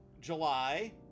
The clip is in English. July